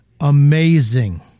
amazing